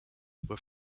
were